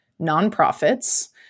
nonprofits